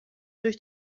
durch